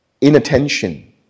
inattention